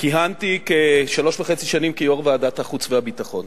כיהנתי כשלוש שנים וחצי כיושב-ראש ועדת החוץ והביטחון.